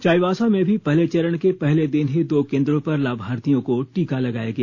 चाईबासा में भी पहले चरण के पहले दिन ही दो केंद्रों पर लाभार्थियों को टीका लगाया गया